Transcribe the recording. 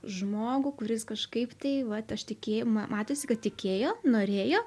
žmogų kuris kažkaip tai vat aš tikėjimą matėsi kad tikėjo norėjo